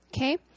okay